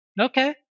okay